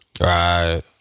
Right